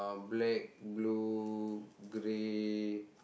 uh black blue grey